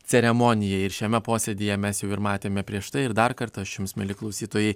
ceremonijai ir šiame posėdyje mes jau ir matėme prieš tai ir dar kartą aš jums mieli klausytojai